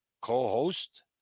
co-host